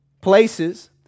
places